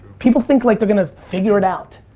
people think like they're gonna figure it out.